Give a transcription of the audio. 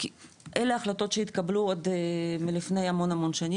כי אלה ההחלטות שהתקבלו עוד מלפני המון המון שנים,